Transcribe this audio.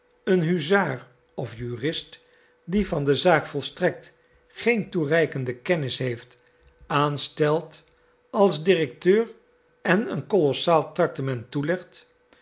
een huzaar of jurist die van de zaak volstrekt geen toereikende kennis heeft aanstelt als directeur en een kolossaal tractement toelegt